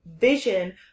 vision